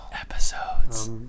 episodes